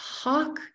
talk